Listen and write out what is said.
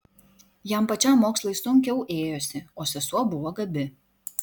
jam pačiam mokslai sunkiau ėjosi o sesuo buvo gabi